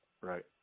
right